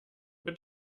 wird